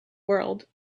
world